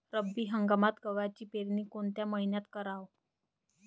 रब्बी हंगामात गव्हाची पेरनी कोनत्या मईन्यात कराव?